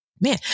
man